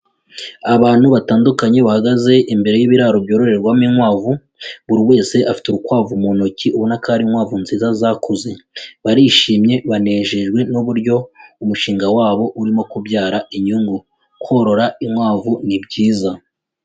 Abantu batandukanye bahagaze imbere y'ibiraro byororerwamo inkwavu, buri wese afite urukwavu mu ntoki ubona ko ari inkwavu nziza zakuze, barishimye banejejwe n'uburyo umushinga wabo urimo kubyara inyungu, korora inkwavu ni byiza.